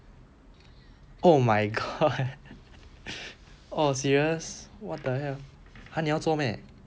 oh my god oh serious what the hell !huh! 你要做 meh